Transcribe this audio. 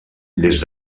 des